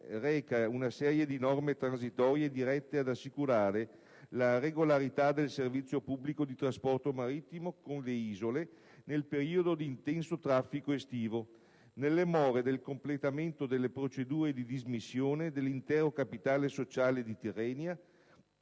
reca una serie di norme transitorie dirette ad assicurare la regolarità del servizio pubblico di trasporto marittimo con le isole nel periodo di intenso traffico estivo, nelle more del completamento delle procedure di dismissione dell'intero capitale sociale di Tirrenia